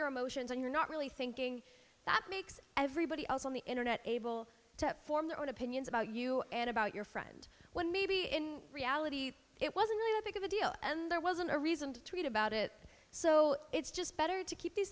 your emotions and you're not really thinking that makes everybody else on the internet able to form their own opinions about you and about your friend when maybe in reality it wasn't i think of a deal and there wasn't a reason to tweet about it so it's just better to keep these